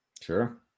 Sure